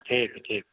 ठीक ठीक